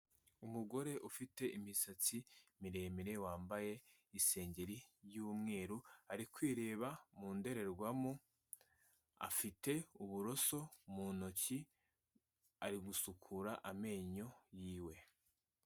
Umugore ufite imisatsi miremire wambaye isengeri y'umweru, ari kwireba mu ndorerwamo, afite uburoso mu ntoki ari gusukura amenyo yiwe.